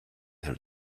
her